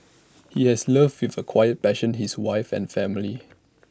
he has loved with A quiet passion his wife and family